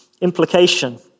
implication